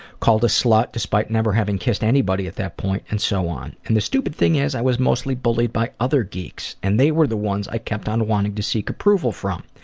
called a slut despite never having kissed anybody at that point and so on. and the stupid thing is i was mostly bullied by other geeks and they were the ones i kept wanting to seek approval from.